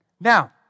Now